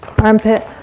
armpit